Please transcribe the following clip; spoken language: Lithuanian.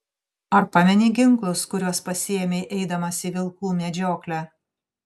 ar pameni ginklus kuriuos pasiėmei eidamas į vilkų medžioklę